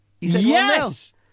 Yes